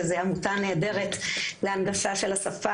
שזו עמותה נהדרת להנגשת השפה